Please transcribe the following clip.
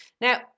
Now